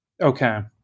Okay